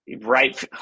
Right